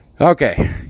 Okay